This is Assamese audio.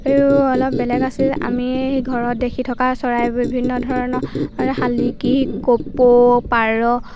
আৰু অলপ বেলেগ আছিল আমি ঘৰত দেখি থকা চৰাই বিভিন্ন ধৰণৰ শালিকী কপৌ পাৰ